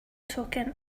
token